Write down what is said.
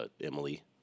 Emily